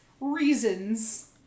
reasons